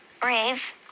brave